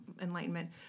enlightenment